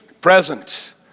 present